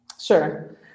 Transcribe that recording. Sure